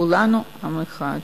כולנו עם אחד.